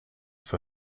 for